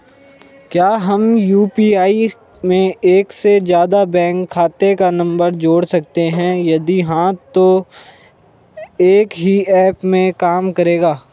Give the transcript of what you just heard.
क्या हम यु.पी.आई में एक से ज़्यादा बैंक खाते का नम्बर जोड़ सकते हैं यदि हाँ तो एक ही ऐप में काम करेगा?